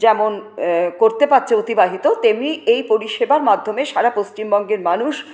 যেমন করতে পারছে অতিবাহিত তেমনি এই পরিষেবার মাধ্যমে সারা পশ্চিমবঙ্গের মানুষ